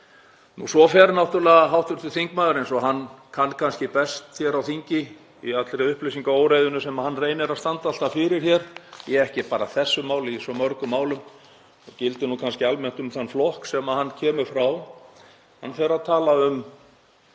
Svo fer náttúrlega hv. þingmaður, eins og hann kann kannski best hér á þingi í allri upplýsingaóreiðunni sem hann reynir að standa alltaf fyrir hér, ekki bara í þessu máli, í svo mörgum málum, það gildir nú kannski almennt um þann flokk sem hann kemur frá, hann fer að tala um